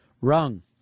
Wrong